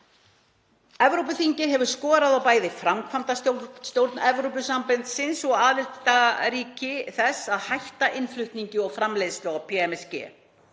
Evrópuþingið hefur skorað á bæði framkvæmdastjórn Evrópusambandsins og aðildarríki þess að hætta innflutningi og framleiðslu á PMSG.